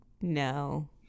no